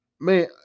man